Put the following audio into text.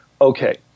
okay